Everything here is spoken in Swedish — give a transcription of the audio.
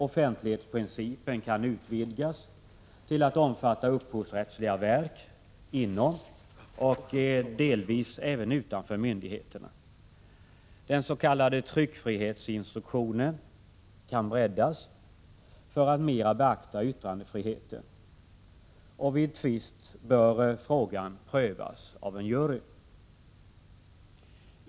Offentlighetsprincipen kan utvidgas till att omfatta upphovsrättsliga verk inom och delvis även utanför myndigheterna. Den s.k. tryckfrihetsinstruktionen kan breddas för att mera beakta yttrandefriheten. Vid tvist bör frågan prövas av en jury.